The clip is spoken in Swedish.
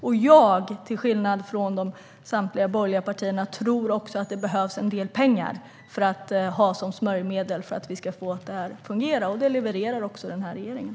Jag tror, till skillnad från samtliga borgerliga partier, att det behövs en del pengar som smörjmedel för att vi ska få det här att fungera, och det levererar den här regeringen.